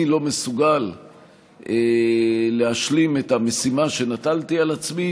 אני לא מסוגל להשלים את המשימה שנטלתי על עצמי